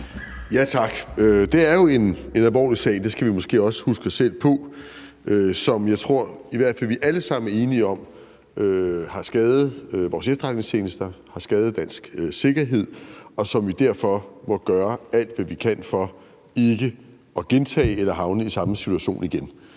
Tak. Det er jo en alvorlig sag – det skal vi måske også huske os selv på – som jeg i hvert fald tror vi alle sammen er enige om har skadet vores efterretningstjenester og har skadet dansk sikkerhed, og vi må derfor gøre alt, hvad vi kan, for ikke at gentage den eller havne i samme situation igen.